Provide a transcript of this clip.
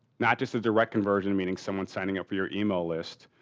not just a direct conversion, meaning someone signing up for your email list.